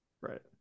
right